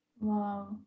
Wow